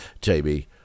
Jamie